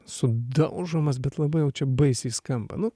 sudaužomas bet labai jau čia baisiai skamba nu